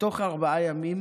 בתוך ארבעה ימים